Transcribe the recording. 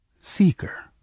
Seeker